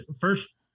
first